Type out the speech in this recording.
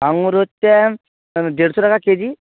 আঙুর হচ্ছে দেড়শো টাকা কেজি